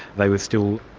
they were still